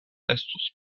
estus